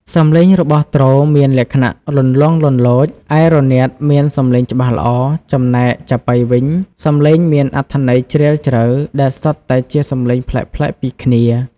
សំឡេងរបស់ទ្រមានលក្ខណៈលន្លង់លន្លោច ឯរនាតមានសំឡេងច្បាស់ល្អ ចំណែកចាប៉ីវិញ សំឡេងមានអត្ថន័យជ្រាលជ្រៅ ដែលសុទ្ធតែជាសំឡេងប្លែកៗពីគ្នា។